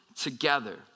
together